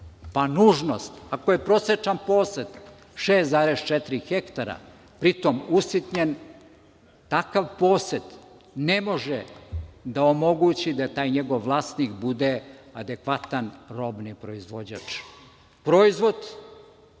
Nužnost. Ako je prosečan posed 6,4 hektara, pritom usitnjen, takav posed ne može da omogući da taj njegov vlasnik bude adekvatan robni proizvođač. Proizvod